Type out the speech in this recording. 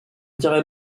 dirait